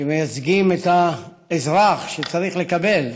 שמייצגים את האזרח שצריך לקבל